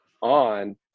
on